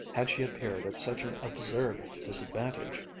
had she appeared at such an absurd disadvantage.